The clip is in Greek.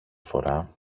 φορά